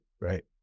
right